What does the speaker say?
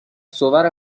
صور